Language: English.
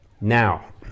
Now